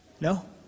No